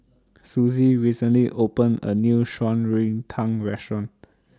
Susie recently opened A New Shan Rui Tang Restaurant